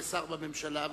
כשר בממשלה,